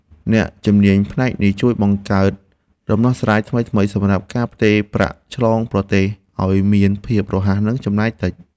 អ្នកជំនាញផ្នែកនេះជួយបង្កើតដំណោះស្រាយថ្មីៗសម្រាប់ការផ្ទេរប្រាក់ឆ្លងប្រទេសឱ្យមានភាពរហ័ស និងចំណាយតិច។